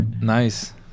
Nice